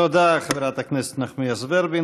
תודה, חברת הכנסת נחמיאס ורבין.